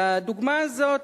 והדוגמה הזאת,